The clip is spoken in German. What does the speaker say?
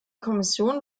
kommission